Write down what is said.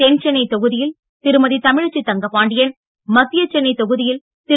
தென்சென்னை தொகுதியில் திருமதி தமிழச்சி தங்கபாண்டியன் மத்திய சென்னை தொகுதியில் திரு